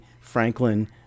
Franklin